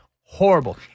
horrible